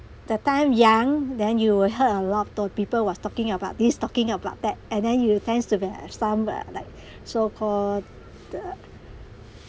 that time young then you will heard a lot of talk people was talking about this talking about that and then you will tends to be like some uh like so call the